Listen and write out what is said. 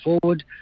forward